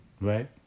right